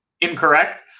incorrect